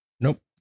Nope